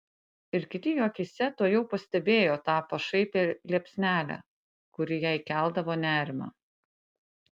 ir kiti jo akyse tuojau pastebėjo tą pašaipią liepsnelę kuri jai keldavo nerimą